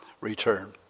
return